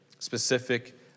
specific